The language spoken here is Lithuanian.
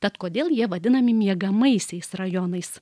tad kodėl jie vadinami miegamaisiais rajonais